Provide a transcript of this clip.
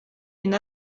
une